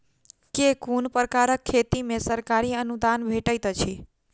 केँ कुन प्रकारक खेती मे सरकारी अनुदान भेटैत अछि?